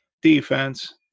defense